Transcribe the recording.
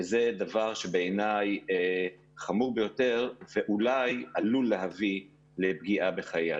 וזה דבר שבעיניי חמור ביותר ואולי עלול להביא לפגיעה בחיי אדם.